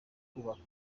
kubaka